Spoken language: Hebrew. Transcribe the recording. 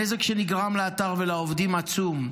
הנזק שנגרם לאתר ולעובדים הוא עצום.